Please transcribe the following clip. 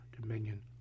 dominion